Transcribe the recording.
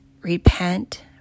repent